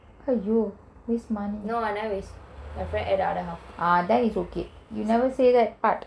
no I never waste my friend ate the other half